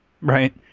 right